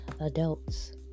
adults